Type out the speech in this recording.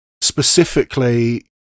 specifically